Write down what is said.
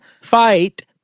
fight